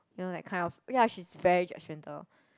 then like kind of ya she's very judgemental